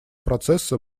процесса